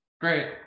great